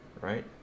Right